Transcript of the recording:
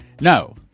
No